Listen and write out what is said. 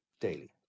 Daily